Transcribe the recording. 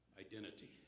identity